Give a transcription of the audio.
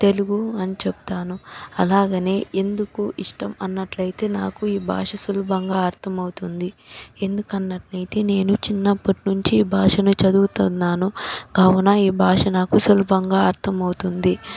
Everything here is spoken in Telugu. తెలుగు అని చెప్తాను అలాగే ఎందుకు ఇష్టం అనట్లైతే నాకు ఈ భాష సులభంగా అర్దం అవుతుంది ఎందుకన్నట్లు అయితే నేను చిన్నపట్నుంచి ఈ భాషను చదువుతున్నాను కావున ఈ భాష నాకు సులభంగా అర్దం అవుతుంది